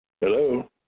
Hello